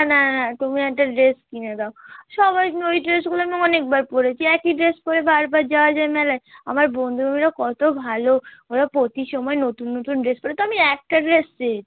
না না না তুমি একটা ড্রেস কিনে দাও সবাই তো ওই ড্রেসগুলো আমি অনেকবার পরেছি একই ড্রেস পরে বারবার যাওয়া যায় মেলায় আমার বন্ধুগুলো কত ভালো ওরা প্রতি সময় নতুন নতুন ড্রেস পরে তো আমি একটা ড্রেস চেয়েছি